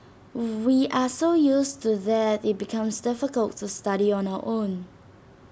we are so used to that IT becomes difficult to study on our own